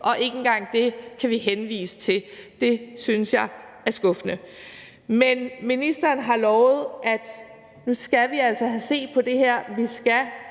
og ikke engang det kan vi henvise til. Det synes jeg er skuffende. Men ministeren har lovet, at nu skal vi altså have set på det her,